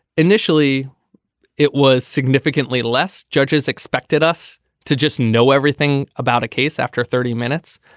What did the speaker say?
initially it was significantly less. judges expected us to just know everything about a case after thirty minutes.